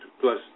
plus